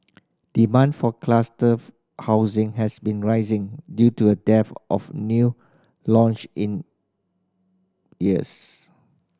demand for cluster housing has been rising due to a dearth of new launch in years